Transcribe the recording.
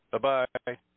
Bye-bye